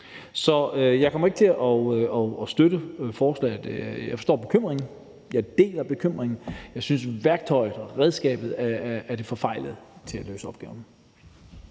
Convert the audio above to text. Så jeg kommer ikke til at støtte forslaget. Jeg forstår bekymringen. Jeg deler bekymringen. Men jeg synes, at værktøjet og redskabet til at løse opgaven